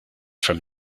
from